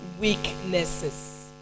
weaknesses